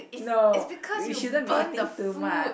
no you shouldn't be eating too much